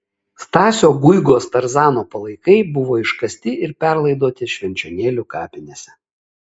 stasio guigos tarzano palaikai buvo iškasti ir perlaidoti švenčionėlių kapinėse